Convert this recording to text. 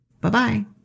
bye-bye